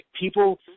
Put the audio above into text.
people